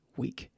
week